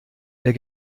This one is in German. der